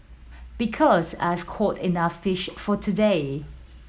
because I've caught enough fish for today